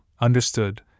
understood